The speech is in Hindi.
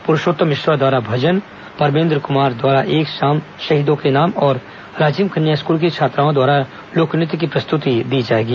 पुरूषोत्तम मिश्रा द्वारा भजन परमेन्द्र कुमार द्वारा एक शाम शहीदों के नाम और राजिम कन्या स्कूल की छात्राओं द्वारा लोक नृत्य की प्रस्तुति दी जाएगी